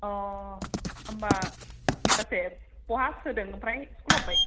अ होमबा गासै बहा सोदों ओमफ्राय स्कुलाव हाब्बाय